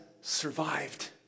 survived